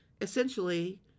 Essentially